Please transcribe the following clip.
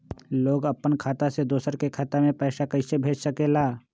लोग अपन खाता से दोसर के खाता में पैसा कइसे भेज सकेला?